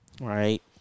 right